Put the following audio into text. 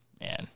Man